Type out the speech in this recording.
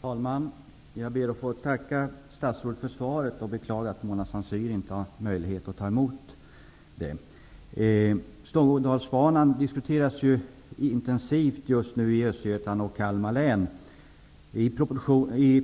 Fru talman! Jag ber att få tacka statsrådet för svaret, och jag beklagar att Mona Saint Cyr inte har möjlighet att ta emot det. Stångådalsbanan diskuteras just nu intensivt i Östergötland och Kalmar län. I